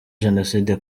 jenoside